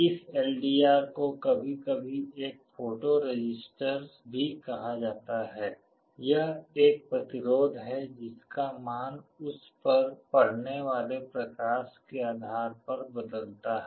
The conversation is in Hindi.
इस एलडीआर को कभी कभी एक फोटो रसिस्टर भी कहा जाता है यह एक प्रतिरोध है जिसका मान उस पर पड़ने वाले प्रकाश के आधार पर बदलता है